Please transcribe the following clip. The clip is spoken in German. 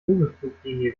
vogelfluglinie